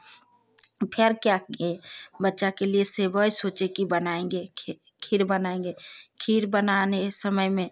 फिर क्या किए बच्चा के लिए सेवई सोचे कि बनाएँगे खि खीर बनाएँगे खीर बनाने समय में